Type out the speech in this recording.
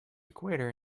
equator